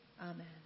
Amen